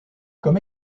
comme